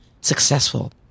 successful